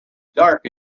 dark